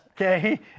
okay